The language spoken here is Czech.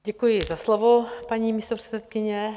Děkuji za slovo, paní místopředsedkyně.